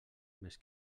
més